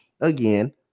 again